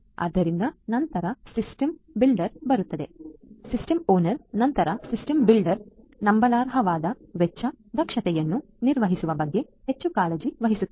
ಆದ್ದರಿಂದ ನಂತರ system builder ಬರುತ್ತದೆ ಸಿಸ್ಟಮ್ ಓನರ್ ನಂತರ ಸಿಸ್ಟಮ್ ಬಿಲ್ಡರ್ ನಂಬಲರ್ಹವಾದ ವೆಚ್ಚ ದಕ್ಷತೆಯನ್ನು ನಿರ್ಮಿಸುವ ಬಗ್ಗೆ ಹೆಚ್ಚು ಕಾಳಜಿ ವಹಿಸುತ್ತಾನೆ